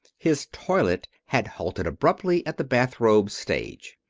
his toilette had halted abruptly at the bathrobe stage.